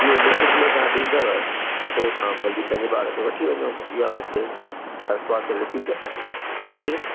इहो लिखित में तव्हां ॾींदव त पोइ तव्हां भली पंहिंजे ॿार खे वठी वञो इहा मूंखे दरख़्वास्त लिखी करे जी